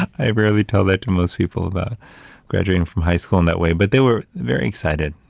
i rarely tell that to most people about graduating from high school in that way, but they were very excited.